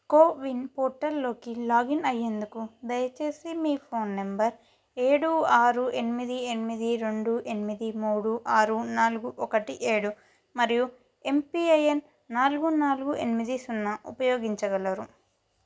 CoWIN పోర్టల్లోకి login అయ్యేందుకు దయచేసి మీ ఫోన్ నంబర్ ఏడు ఆరు ఎనిమిది ఎనిమిది రెండు ఎనిమిది మూడు ఆరు నాలుగు ఒకటి ఏడు మరియు ఎంపీఐఎన్ నాలుగు నాలుగు ఎనిమిది సున్నా ఉపయోగించగలరు